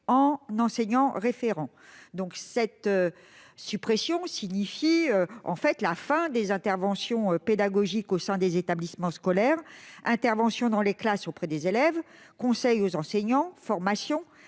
d'enseignants référents. Cette suppression signifie la fin des interventions pédagogiques au sein des établissements scolaires : interventions dans les classes auprès des élèves, conseils aux enseignants, formation,